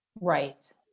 Right